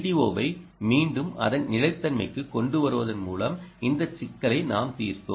ஓவை மீண்டும் அதன் நிலைத்தன்மைக்குக் கொண்டு வருவதன் மூலம் இந்த சிக்கலை நாம் தீர்த்தோம்